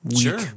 Sure